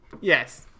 yes